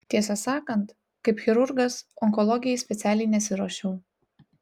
tiesą sakant kaip chirurgas onkologijai specialiai nesiruošiau